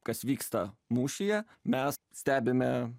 kas vyksta mūšyje mes stebime